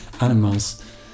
animals